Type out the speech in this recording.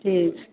तेच